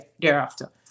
thereafter